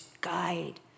guide